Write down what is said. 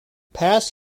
past